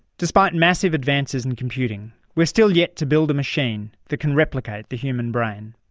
despite massive advances in computing we're still yet to build a machine that can replicate the human brain.